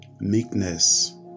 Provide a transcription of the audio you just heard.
meekness